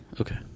Okay